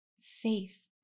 Faith